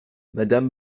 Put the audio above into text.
madame